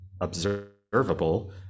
observable